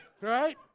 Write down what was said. right